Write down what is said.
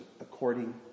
according